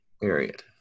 Period